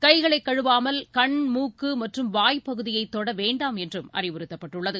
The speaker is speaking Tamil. கைகளை கழுவாமல் கண் மூக்கு மற்றும் வாய் பகுதியை தொட வேண்டாம் என்றும் அறிவுறுத்தப்பட்டுள்ளது